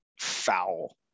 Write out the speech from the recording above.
foul